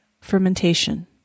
fermentation